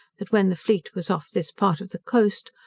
that when the fleet was off this part of the coast,